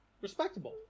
Respectable